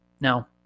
Now